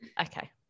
Okay